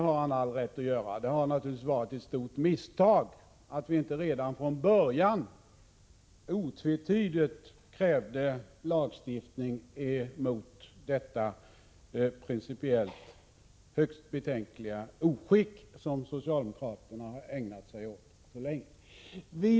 Han har all rätt att ironisera, för det var naturligtvis ett stort misstag att vi inte redan från 13 början otvetydigt krävde lagstiftning mot detta principiellt högst betänkliga oskick som socialdemokraterna har ägnat sig åt så länge.